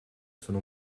sono